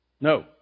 No